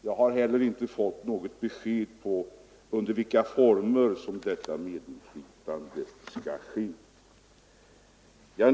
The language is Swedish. Jag har inte 101 heller fått något besked om under vilka former detta medinflytande skall ske.